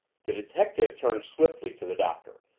the detective turned swiftly to the doctor,